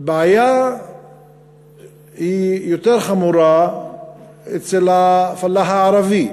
הבעיה היא יותר חמורה אצל הפלאח הערבי.